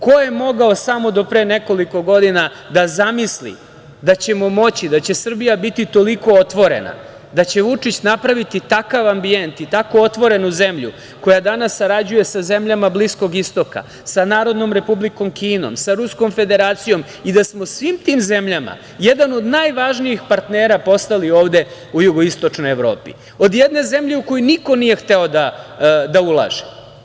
Ko je mogao samo do pre nekoliko godina da zamisli da ćemo moći, da će Srbija biti toliko otvorena, da će Vučić napraviti takav ambijent i tako otvorenu zemlju koja danas sarađuje sa zemljama Bliskog Istoka, sa Narodnom Republikom Kinom, sa Ruskom Federacijom i da smo svi tim zemljama jedan od najvažnijih partnera postali ovde u Jugoistočnoj Evropi, od jedne zemlje u koju niko nije hteo da ulaže.